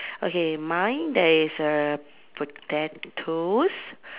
okay mine there is a potatoes